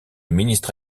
ministre